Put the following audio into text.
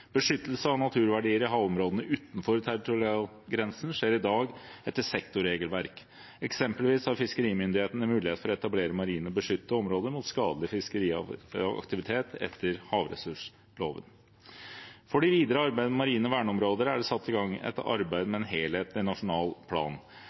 Beskyttelse av naturverdier i havområdene utenfor territorialgrensen skjer i dag etter sektorregelverk. Eksempelvis har fiskerimyndighetene mulighet til – etter havressursloven – å etablere marine områder beskyttet mot skadelig fiskeriaktivitet. For det videre arbeidet med marine verneområder er det satt i gang et arbeid